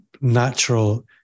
natural